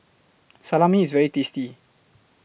Salami IS very tasty